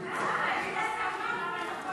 דקות.